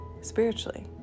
spiritually